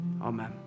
Amen